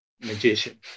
magician